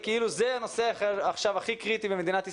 כאילו זה הנושא עכשיו הכי קריטי במדינת ישראל,